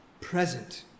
present